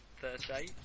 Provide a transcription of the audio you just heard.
Thursday